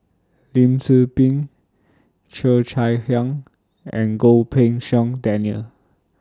Lim Tze Peng Cheo Chai Hiang and Goh Pei Siong Daniel